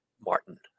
Martin